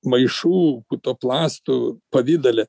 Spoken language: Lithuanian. maišų putoplastų pavidale